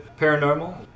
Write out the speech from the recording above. paranormal